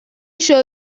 show